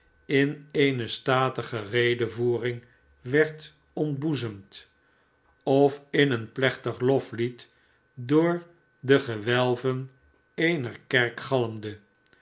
in eene statige redevoering werd ontboezemd of in een plechtig loflied door de gewelven icener kerk galmde